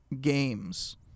games